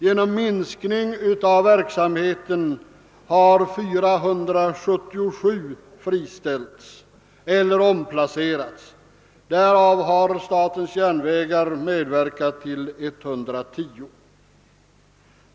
Genom minskning av verksamheten har 480 personer friställts eller tvingats flytta, därav har statens järnvägar medverkat med 110.